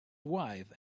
wife